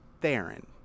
Theron